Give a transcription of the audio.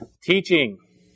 teaching